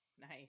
Nice